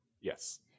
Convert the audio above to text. Yes